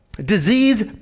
Disease